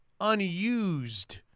unused